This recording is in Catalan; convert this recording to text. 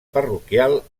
parroquial